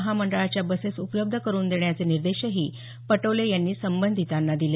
महामंडळाच्या बसेस उपलब्ध करून देण्याचे निर्देशही पटोले यांनी संबंधितांना दिले